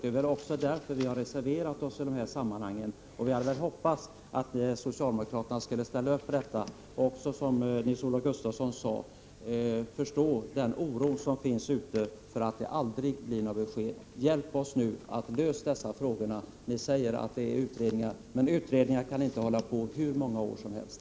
Det är därför vi har reserverat oss i fråga om detta. Vi hade hoppats att socialdemokraterna skulle ställa upp på detta, och, som Nils-Olof Gustafsson sade, förstå den oro som finns för att det aldrig kommer några besked. Hjälp oss nu att lösa dessa frågor! Ni säger att det pågår utredningar, men utredningar kan inte arbeta hur många år som helst.